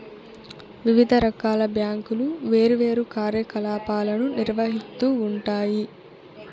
వివిధ రకాల బ్యాంకులు వేర్వేరు కార్యకలాపాలను నిర్వహిత్తూ ఉంటాయి